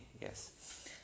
Yes